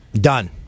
done